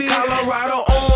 Colorado